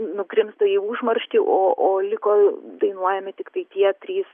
nugrimzta į užmarštį o o liko dainuojami tiktai tie trys